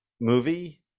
movie